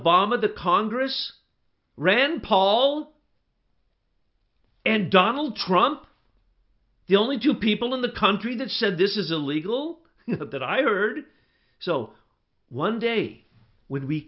obama the congress rand paul and donald trump the only two people in the country that said this is illegal but that i heard so one day when we